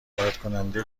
واردکننده